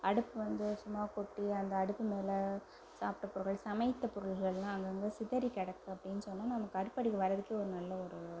அடுப்பு வந்து சும்மா கொட்டி அந்த அடுப்பு மேலே சாப்பிட்ட பொருள்கள் சமைத்த பொருள்கள்லாம் அங்கங்கே சிதறி கிடக்கு அப்படின்னு சொன்னால் நமக்கு அடுப்படிக்கு வரதுக்கே ஒரு நல்ல ஒரு